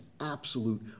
absolute